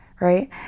right